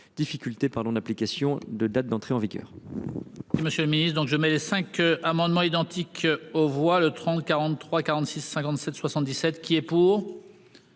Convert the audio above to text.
difficultés pardon d'application de date d'entrée en vigueur. Monsieur le Ministre donc je mets les 5 amendements identiques aux voix le 30 43 46 57 77 qui est pour.--